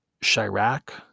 Chirac